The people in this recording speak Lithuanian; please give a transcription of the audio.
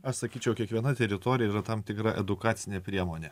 aš sakyčiau kiekviena teritorija yra tam tikra edukacinė priemonė